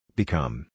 Become